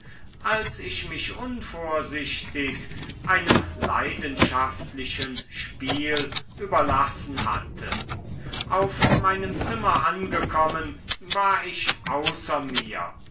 als ich mich unvorsichtig einem leidenschaftlichen spiel überlassen hatte auf meinem zimmer angekommen war ich außer mir